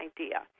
idea